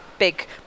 big